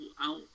out